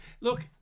look